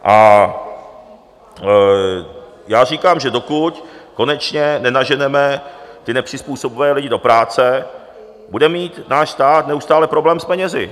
A já říkám, že dokud konečně nenaženeme nepřizpůsobivé lidi do práce, bude mít náš stát neustále problém s penězi.